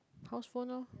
house phone loh